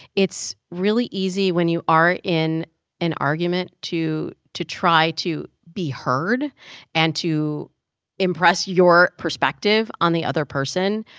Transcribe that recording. it's really easy when you are in an argument to to try to be heard and to impress your perspective on the other person.